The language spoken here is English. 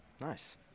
Nice